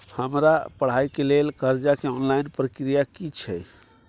हमरा पढ़ाई के लेल कर्जा के ऑनलाइन प्रक्रिया की छै?